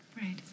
Right